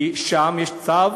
כי שם יש צו